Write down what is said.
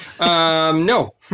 No